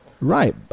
Right